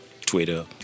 Twitter